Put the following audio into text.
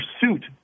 pursuit